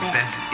Best